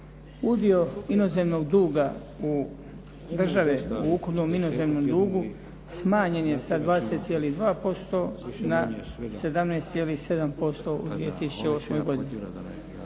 Udio inozemnog duga u državi u ukupnom inozemnom dugu smanjen je sa 20,2% na 17,7% u 2008. godini.